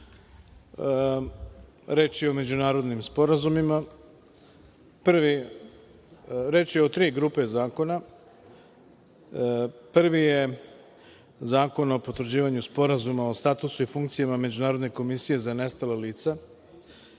Reč je o međunarodnim sporazumima. Reč je o tri grupe zakona. Prvi je Zakon o potvrđivanju Sporazuma o statusu i funkcijama Međunarodne komisije za nestala lica.